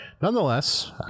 nonetheless